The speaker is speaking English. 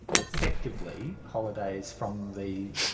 effectively, holidays from the